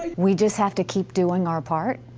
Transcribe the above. we just have to keep doing our part.